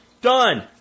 done